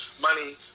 money